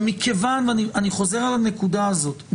אני חוזר על הנקודה הזאת.